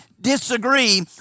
disagree